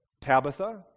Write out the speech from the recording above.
Tabitha